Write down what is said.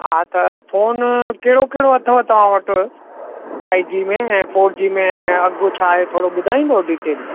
हा त फ़ोन कहिड़ो कहिड़ो अथव तव्हां वटि फ़ाए जी में ऐं फ़ोर जी में ऐं अघि छा आहे थोरो ॿुधाईंदव डीटेल